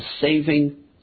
saving